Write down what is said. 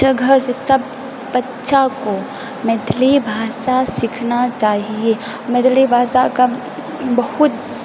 जगह सब बच्चा को मैथिली भाषा सीखना चाहिए मैथिली भाषाके बहुत